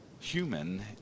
human